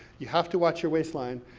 you have to watch your waistline.